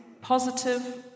positive